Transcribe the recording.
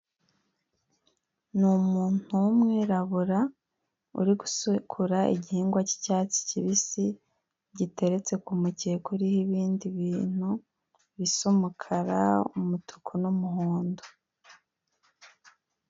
Ni umuntu w'umwirabura uri gusekura igihingwa cy'icyatsi kibisi giteretse ku mukeka uriho ibindi bintu, bisa umukara, umutuku n'umuhondo.